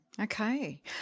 Okay